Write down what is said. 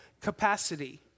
capacity